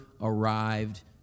arrived